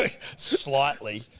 slightly